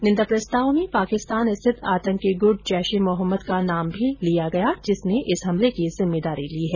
निन्दा प्रस्ताव में पाकिस्तान स्थित आतंकी गुट जैश ए मोहम्मद का भी नाम लिया गया जिसने इस हमले की जिम्मेदारी ली है